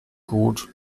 gut